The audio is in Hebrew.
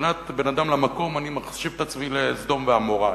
ומבחינת בין אדם למקום אני מחשיב את עצמי לסדום ועמורה,